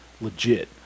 legit